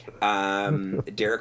Derek